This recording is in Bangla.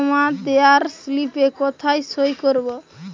টাকা জমা দেওয়ার স্লিপে কোথায় সই করব?